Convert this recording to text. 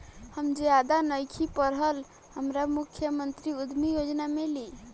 हम ज्यादा नइखिल पढ़ल हमरा मुख्यमंत्री उद्यमी योजना मिली?